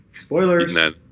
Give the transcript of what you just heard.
Spoilers